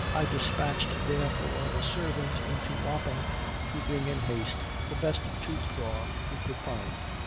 i despatched therefore a servant into wapping to bring in haste the best tooth-drawer he could find.